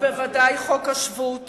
ודאי חוק השבות